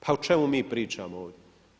Pa o čemu mi pričamo ovdje?